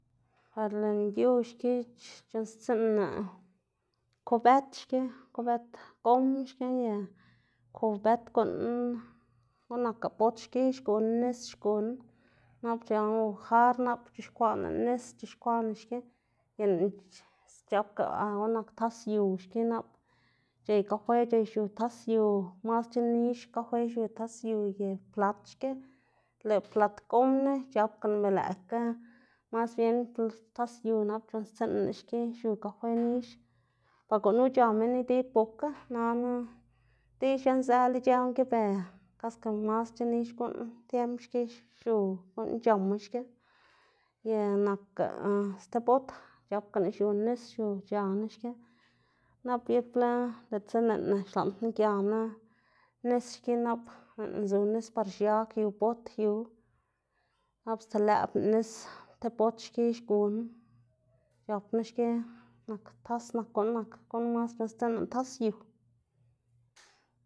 Par lën yu xki c̲h̲unnstsiꞌnná kobet xki, kobet gom xki ye kobet guꞌn guꞌn nakga bot xki xguná nis xguná, nap ̲c̲h̲apganá jar nap c̲h̲ixkwaꞌná nis c̲h̲ixkwaꞌná xki y lëꞌná c̲h̲apga a guꞌn nak tas yu xki nap c̲h̲ey kafe c̲h̲ey xiu tas yu, masc̲h̲a nix kafe xiu tas yu y plat xki, lëꞌ plat gomna c̲h̲apganá lëꞌkga mas bien nap tas yu c̲h̲unnstsiꞌnn- ná xki xiu kafe nix, ber gunu c̲h̲a minn idib bokga nana li xienzëla ic̲h̲̲ë guꞌn ki ber kaske masc̲h̲a nix guꞌn tiemb xki xiu guꞌn c̲h̲ama xki, ye nakga sti bot c̲h̲apganá xiu nis xiu c̲h̲aná xki nap gibla diꞌltsa lëꞌná xlaꞌndná gianá nis xki nap lëꞌná zu nis par xiag yu bot yu, nap stselëꞌbná nis ti bot xki xguná c̲h̲apná xki nak tas nak guꞌn nak mas c̲h̲unnstsiꞌnná tas yu.